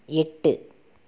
எட்டு